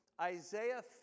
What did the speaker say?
Isaiah